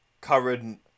current